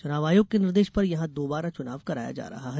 चुनाव आयोग के निर्देष पर यहां दोबारा चुनाव कराया जा रहा है